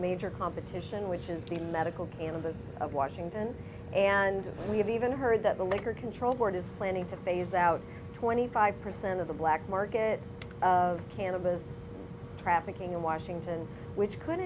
major competition which is the medical cannabis of washington and we have even heard that the liquor control board is planning to phase out twenty five percent of the black market cannabis trafficking in washington which could